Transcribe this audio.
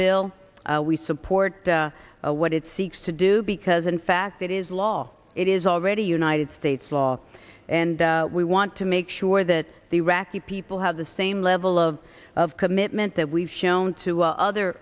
bill we support what it seeks to do because in fact it is law it is already united states law and we want to make sure that the iraqi people have the same level of of commitment that we've shown to other